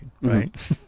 right